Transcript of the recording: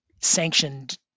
sanctioned